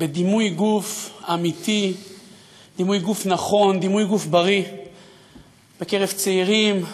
דימוי גוף אמיתי ובריא בקרב ילדים,